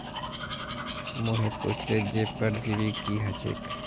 मोहित पुछले जे परजीवी की ह छेक